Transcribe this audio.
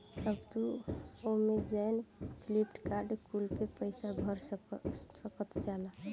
अब तू Amazon, Flipkart कुल पे पईसा भर सकल जाला